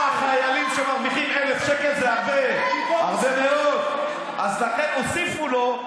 אז זה כל הסיפור,